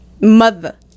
Mother